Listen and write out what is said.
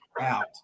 out